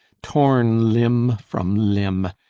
torn limb from limb,